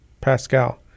Pascal